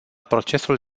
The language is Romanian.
procesul